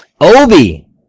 Obi